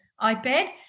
iPad